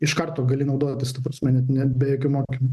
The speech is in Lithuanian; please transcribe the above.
iš karto gali naudotis ta prasme net ne be jokių mokymų